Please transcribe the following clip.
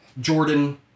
Jordan